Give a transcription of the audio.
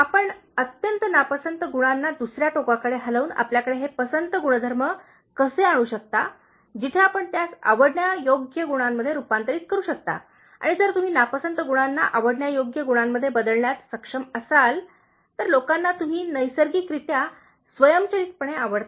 आपण अत्यंत नापसंत गुणांना दुसर्या टोकाकडे हलवून आपल्याकडे हे पसंत गुणधर्म कसे आणू शकता जिथे आपण त्यास आवडण्यायोग्य गुणांमध्ये रूपांतरित करू शकता आणि जर तुम्ही नापसंत गुणांना आवडण्यायोग्य गुणांमध्ये बदलण्यात सक्षम असाल तर लोकाना तुम्ही नैसर्गिकरित्या स्वयंचलितपणे आवडता